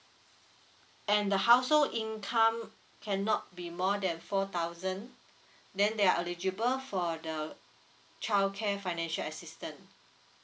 and the household income cannot be more than four thousand then they are eligible for the childcare financial assistance